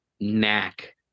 knack